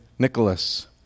Nicholas